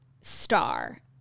star